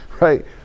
right